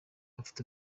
ufite